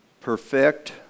perfect